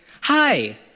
Hi